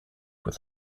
with